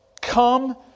come